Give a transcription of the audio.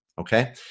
Okay